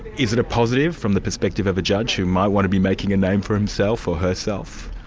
is it a positive from the perspective of a judge, who might want to be making a name for himself or herself?